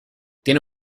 tiene